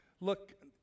look